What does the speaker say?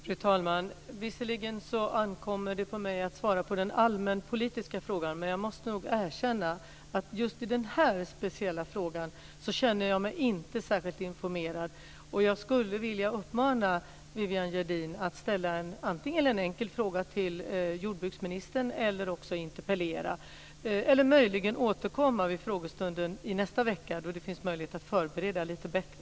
Fru talman! Visserligen ankommer det på mig att svara på den allmänpolitiska frågan, men jag måste nog erkänna att just i den här speciella frågan känner jag mig inte särskilt informerad. Jag skulle vilja uppmana Viviann Gerdin att antingen ställa en enkel fråga till jordbruksministern eller också interpellera, eller möjligen återkomma vid frågestunden i nästa vecka, då det finns möjlighet att förbereda lite bättre.